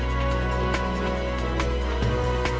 or